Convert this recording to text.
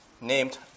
named